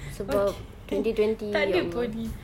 sebab twenty twenty ya allah